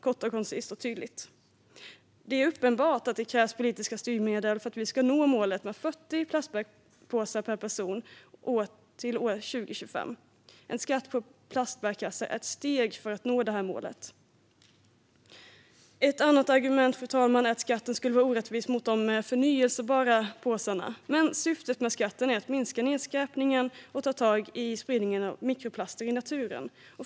Det var kort, koncist och tydligt. Det är uppenbart att det krävs politiska styrmedel för att vi ska nå målet om 40 plastpåsar per person och år till år 2025. En skatt på plastbärkassar är ett steg för att nå detta mål. Ett annat argument är att skatten skulle vara orättvis mot förnybara påsar. Men syftet med skatten är att minska nedskräpningen och motverka spridningen av mikroplaster i naturen.